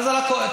אז על הכותל,